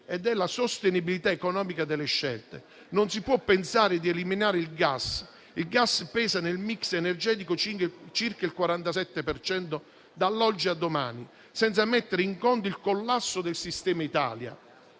e della sostenibilità economica delle scelte. Non si può pensare di eliminare il gas (che nel *mix* energetico pesa per circa il 47 per cento) dall'oggi al domani senza mettere in conto il collasso del sistema Italia.